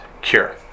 cure